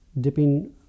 dipping